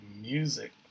Music